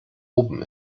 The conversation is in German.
oben